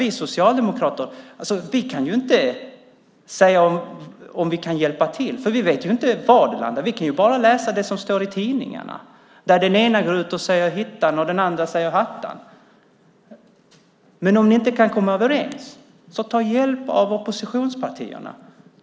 Vi socialdemokrater kan inte säga om vi kan hjälpa till, för vi vet inte var det landar. Vi kan bara läsa det som står i tidningarna, där den ena går ut och säger ditt och den andra säger datt. Om ni inte kan komma överens, ta hjälp av oppositionspartierna!